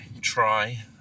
try